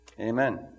Amen